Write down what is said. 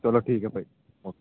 ਚਲੋ ਠੀਕ ਹੈ ਭਾਅ ਜੀ ਓਕੇ